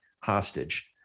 hostage